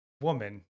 woman